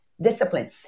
Discipline